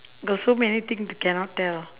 got so many thing to cannot tell